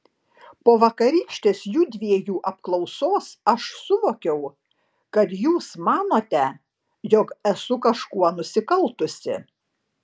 po vakarykštės judviejų apklausos aš suvokiau kad jūs manote jog esu kažkuo nusikaltusi